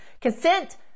consent